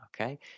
okay